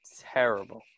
terrible